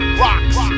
rocks